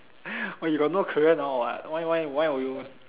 but you got no career now what why why why would you